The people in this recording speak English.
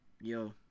Yo